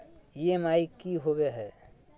EMI की होवे है?